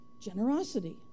generosity